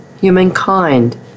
Humankind